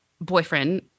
boyfriend